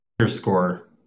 underscore